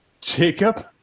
Jacob